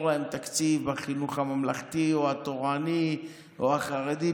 להם תקציב בחינוך הממלכתי או התורני או החרדי.